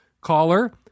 caller